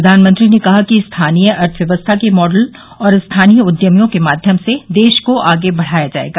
प्रधानमंत्री ने कहा कि स्थानीय अर्थव्यवस्था के मॉडल और स्थानीय उद्यमियों के माध्यम से देश को आगे बढ़ाया जाएगा